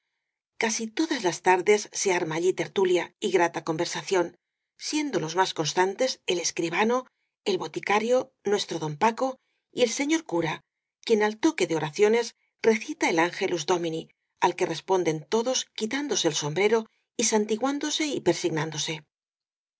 casi todas las tardes se arma allí tertulia y grata conversación siendo los más cons tantes el escribano el boticario nuestro don paco y el señor cura quien al toque de oraciones re cita el angelus donini al que responden todos quitándose el sombrero y santiguándose y